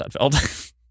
Sudfeld